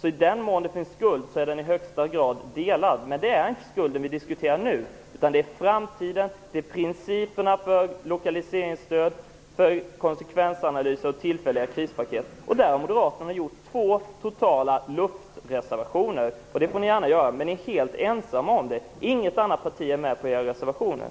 I den mån det finns en skuld, så är den i högsta grad delad. Men det är inte skulden vi nu diskuterar, utan det är framtiden, principerna för lokaliseringsstöd och en skärpning av konsekvensanalyserna för tillfälliga krispaket. Där har Moderaterna en reservation som helt är ett slag i luften. Ni är emellertid ensamma om reservationen - inget annan parti ställer sig bakom den.